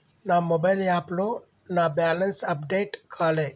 నా మొబైల్ యాప్లో నా బ్యాలెన్స్ అప్డేట్ కాలే